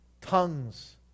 tongues